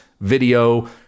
video